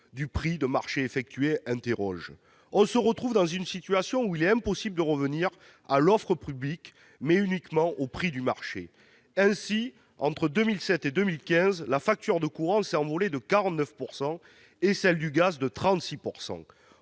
du prix du marché effectué pose question. On se retrouve dans une situation où il est possible de revenir à l'offre publique, mais uniquement au prix du marché. Ainsi, entre 2007 et 2015, la facture d'électricité s'est envolée de 49 % et celle du gaz de 36 %.